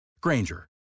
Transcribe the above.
Granger